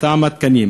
מטעם התקנים,